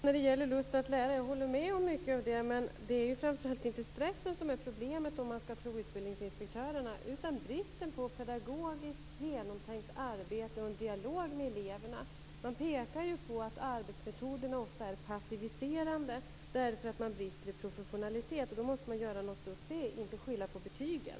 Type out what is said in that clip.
Fru talman! Jag håller med om mycket i vad gäller lusten att lära, men det är inte framför allt stressen som är problemet, om man skall tro utbildningsinspektörerna, utan bristen på pedagogiskt genomtänkt arbete och en dialog med eleverna. De pekar på att arbetsmetoderna ofta är passiviserande därför att det brister i professionalitet. Man måste göra något åt det, inte skylla på betygen.